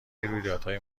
رویدادهای